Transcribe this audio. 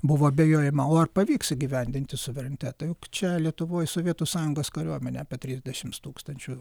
buvo abejojama o ar pavyks įgyvendinti suverenitetą jog čia lietuvoj sovietų sąjungos kariuomenė apie trisdešimt tūkstančių